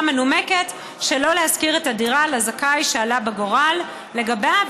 מנומקת שלא להשכיר את הדירה לזכאי שעלה בגורל לגביה,